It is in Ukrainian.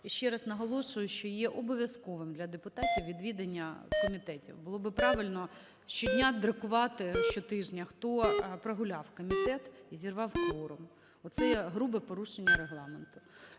ще раз наголошую, що є обов'язковим для депутатів відвідування комітетів. Було би правильно щодня друкувати, щотижня, друкувати, хто прогуляв комітет і зірвав кворум. Оце є грубе порушення Регламенту.